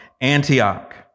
Antioch